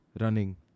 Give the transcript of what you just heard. running